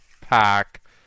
pack